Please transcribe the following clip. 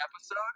episode